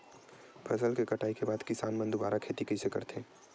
फसल के कटाई के बाद किसान मन दुबारा खेती कइसे करथे?